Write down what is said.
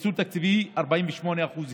הניצול התקציבי הוא 48% וקצת.